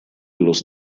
los